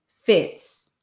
fits